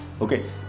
okay